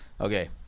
Okay